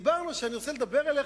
דיברנו שאני רוצה לדבר אליך,